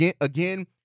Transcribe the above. again